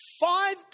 five